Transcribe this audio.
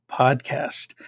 podcast